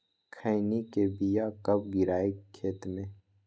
खैनी के बिया कब गिराइये खेत मे?